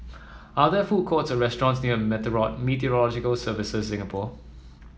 are there food courts or restaurants near Meteorological Services Singapore